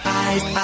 eyes